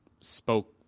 spoke